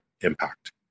impact